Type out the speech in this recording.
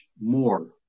more